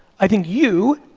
i think you,